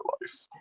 life